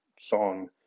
song